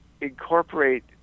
incorporate